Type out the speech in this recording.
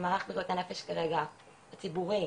מערך בריאות הנפש כרגע, הציבורי,